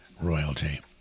royalty